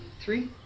Three